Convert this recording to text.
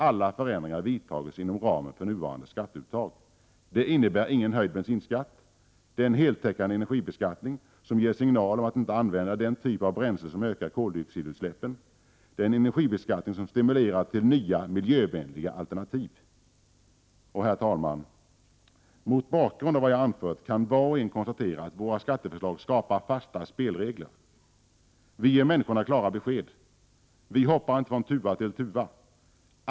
Alla förändringar vidtas inom ramen för nuvarande skatteuttag. Det innebär ingen höjd bensinskatt. Det är en heltäckande energibeskattning, som ger signaler om att inte använda den typ av bränsle som ökar koldioxidutsläppen. Det är en energibeskattning som stimulerar till nya, miljövänliga alternativ. Herr talman! Av vad jag anfört kan var och en konstatera att våra skatteförslag skapar fasta spelregler. Vi ger människorna klara besked. Vi hoppar inte från tuva till tuva.